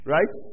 Right